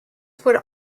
would